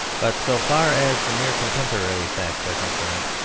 but so far as the mere contemporary facts are concerned,